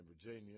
Virginia